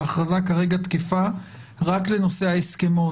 ההכרזה כרגע תקפה רק לנושא ההסכמון,